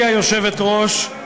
היושבת-ראש,